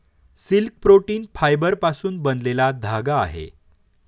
silk protein फायबरपासून बनलेला धागा आहे